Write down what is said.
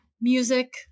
music